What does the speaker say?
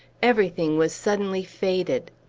everything was suddenly faded.